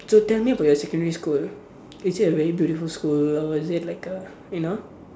so tell me about your secondary is it a really beautiful school or is it like a you know